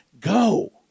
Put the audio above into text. go